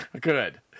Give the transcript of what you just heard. Good